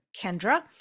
Kendra